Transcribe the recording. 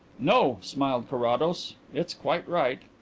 no, smiled carrados. it's quite right.